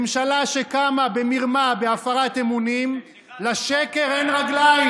ממשלה שקמה במרמה, בהפרת אמונים, לשקר אין רגליים.